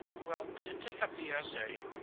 well, to take up the essay,